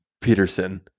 Peterson